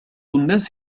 الناس